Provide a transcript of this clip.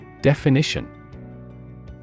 Definition